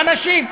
מה נשים?